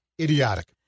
idiotic